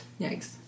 Yikes